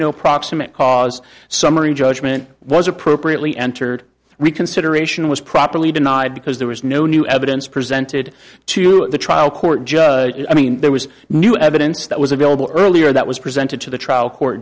no proximate cause summary judgment was appropriately entered reconsideration was properly denied because there was no new evidence presented to the trial court judge i mean there was new evidence that was available earlier that was presented to the trial court